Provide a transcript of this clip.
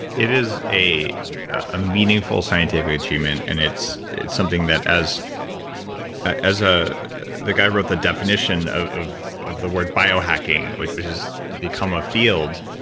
it is a a meaningful scientific achievement and it's it's something that as as ah the guy wrote the definition of of the word bio-hacking which which has become a field.